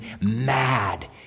mad